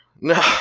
No